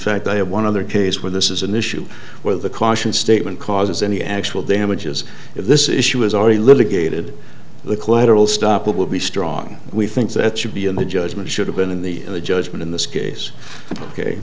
fact i have one other case where this is an issue where the caution statement causes any actual damages if this issue is already litigated the collateral stop will be strong we think that should be in the judgment should have been in the judgment in this case ok